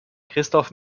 christoph